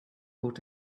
bought